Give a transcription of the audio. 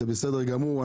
זה בסדר גמור.